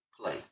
play